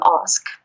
ask